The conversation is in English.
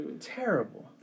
terrible